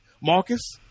Marcus